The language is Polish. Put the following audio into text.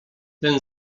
ten